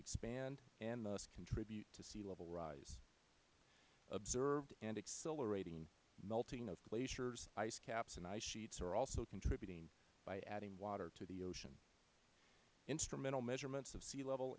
expand and thus contribute to sea level rise observed and accelerating melting of glaciers icecaps and ice sheets are also contributing by adding water to the ocean instrumental measurements of sea level